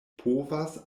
povas